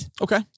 okay